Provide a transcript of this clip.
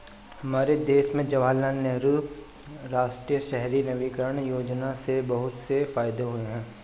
हमारे देश में जवाहरलाल नेहरू राष्ट्रीय शहरी नवीकरण योजना से बहुत से फायदे हुए हैं